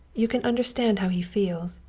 you can understand how he feels.